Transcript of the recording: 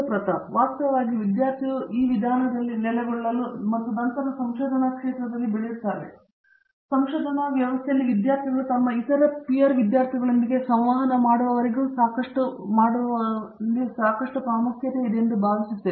ಪ್ರತಾಪ್ ಹರಿಡೋಸ್ ವಾಸ್ತವವಾಗಿ ವಿದ್ಯಾರ್ಥಿಯು ಈ ವಿಧಾನದಲ್ಲಿ ನೆಲೆಗೊಳ್ಳಲು ಮತ್ತು ನಂತರ ಸಂಶೋಧನಾ ಕ್ಷೇತ್ರದಲ್ಲಿ ಬೆಳೆಯುತ್ತಾರೆ ಸಂಶೋಧನಾ ವ್ಯವಸ್ಥೆಯಲ್ಲಿ ವಿದ್ಯಾರ್ಥಿಗಳು ತಮ್ಮ ಇತರ ಪೀರ್ ವಿದ್ಯಾರ್ಥಿಗಳೊಂದಿಗೆ ಸಂವಹನ ಮಾಡುವವರೆಗೂ ಸಾಕಷ್ಟು ಪ್ರಾಮುಖ್ಯತೆ ಇದೆ ಎಂದು ನಾನು ಭಾವಿಸುತ್ತೇನೆ